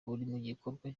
gikorwa